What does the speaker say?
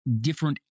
different